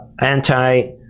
anti